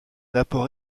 apport